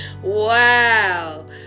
Wow